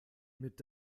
mit